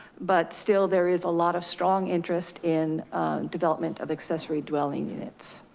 but still there is a lot of strong interest in development of accessory dwelling units.